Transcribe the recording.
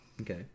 Okay